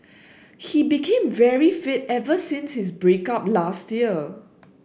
he became very fit ever since his break up last year